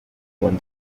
when